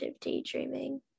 daydreaming